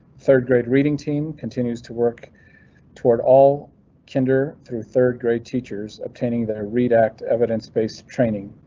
third grade reading team continues to work toward all kinder through third grade teachers obtaining their react evidence based training.